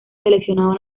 seleccionado